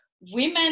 women